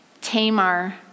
Tamar